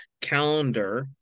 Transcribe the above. calendar